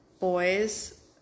boys